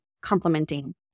complementing